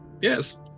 Yes